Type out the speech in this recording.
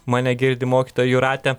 mane girdi mokytoja jūrate